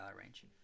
range